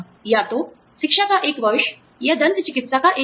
या तो शिक्षा का एक वर्ष या दंत चिकित्सा का एक वर्ष